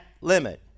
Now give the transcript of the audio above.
limit